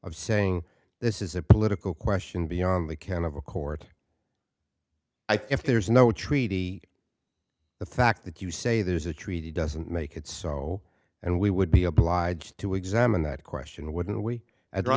of saying this is a political question beyond the ken of a court i think if there is no treaty the fact that you say there is a treaty doesn't make it so and we would be obliged to examine that question wouldn't we at